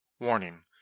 Warning